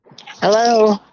Hello